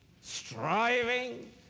Striving